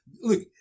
look